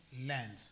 land